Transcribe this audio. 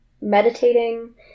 meditating